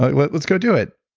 but yeah. let's go do it.